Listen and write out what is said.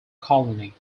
colony